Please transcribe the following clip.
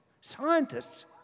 scientists